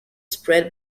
spread